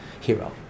hero